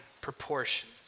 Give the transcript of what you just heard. proportion